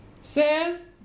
says